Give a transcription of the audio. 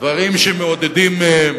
דברים שמעודדים מהם